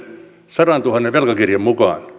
sadantuhannen velkakirjan mukaan